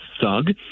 thug